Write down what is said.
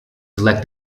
select